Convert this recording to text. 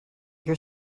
your